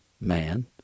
man